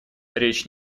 речь